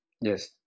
yes